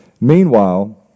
Meanwhile